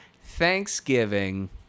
thanksgiving